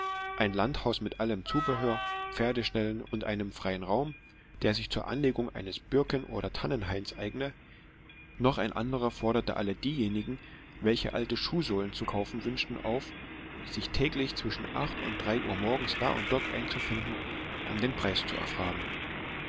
ein landhaus mit allem zubehör pferdeställen und einem freien raum der sich zur anlegung eines birken oder tannenhains eigne noch ein anderer forderte alle diejenigen welche alte schuhsohlen zu kaufen wünschten auf sich täglich zwischen acht und drei uhr morgens da und dort einzufinden um den preis zu erfragen